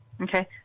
Okay